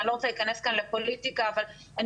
אני לא רוצה להיכנס כאן לפוליטיקה אבל אני